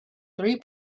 three